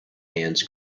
hands